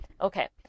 Okay